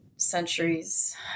Centuries